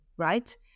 right